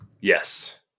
Yes